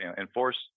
enforce